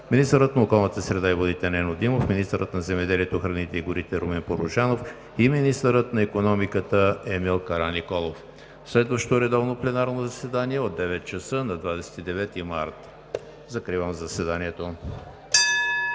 министърът на околната среда и водите Нено Димов; - министърът на земеделието, храните и горите Румен Порожанов; - министърът на икономиката Емил Караниколов. Следващото редовно пленарно заседание е от 9,00 ч. на 29 март 2019 г. Закривам заседанието.